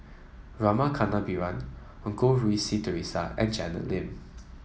Rama Kannabiran Goh Rui Si Theresa and Janet Lim